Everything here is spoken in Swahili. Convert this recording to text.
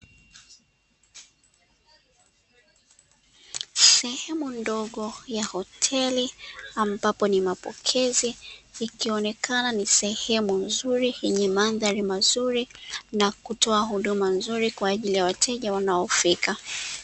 Sehemu ndogo ya hoteli ambapo ni mapokezi, ikionekana ni sehemu nzuri yenye mandhari mazuri na kutoa huduma nzuri kwa ajili ya wateja wanaofika.